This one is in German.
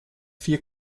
vier